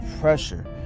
pressure